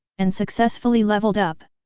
and successfully levelled up.